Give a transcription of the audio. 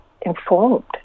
informed